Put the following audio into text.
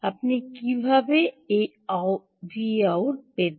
আপনি কিভাবে এই Vout পেতে